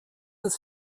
his